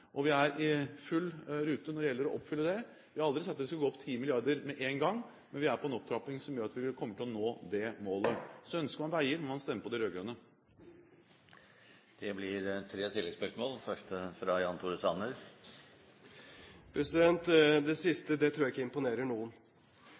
og vi er i full rute når det gjelder å oppfylle den. Vi har aldri sagt at vi skal gå opp 10 mrd. kr med en gang, men vi er på en opptrapping som gjør at vi vil komme til å nå det målet. Så ønsker man veier, må man stemme på de rød-grønne! Det blir tre oppfølgingsspørsmål – først Jan Tore Sanner. Det